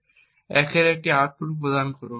1 এর একটি আউটপুট প্রদান করুন